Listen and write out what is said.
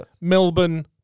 Melbourne